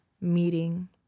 meeting